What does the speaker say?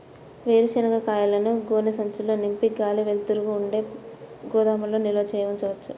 వేరుశనగ కాయలను గోనె సంచుల్లో నింపి గాలి, వెలుతురు ఉండే గోదాముల్లో నిల్వ ఉంచవచ్చా?